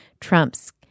Trump's